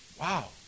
Wow